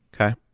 Okay